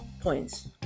points